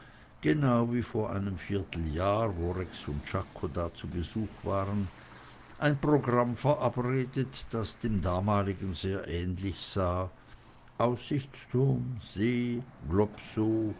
genau wie vor einem vierteljahr wo rex und czako zu besuch da waren ein programm verabredet das dem damaligen sehr ähnlich sah aussichtsturm see